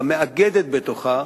המאגדת בתוכה